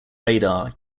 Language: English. radar